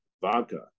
vodka